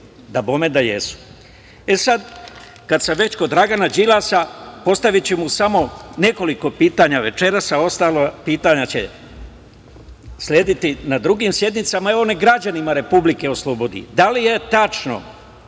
Dabome da jesu. Kad sam već kod Dragana Đilasa, postaviću mu samo nekoliko pitanja večeras, a ostala pitanja će slediti na drugim sednicama. Evo, neka građanima Republike odgovori. Da li je tačno,